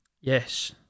Yes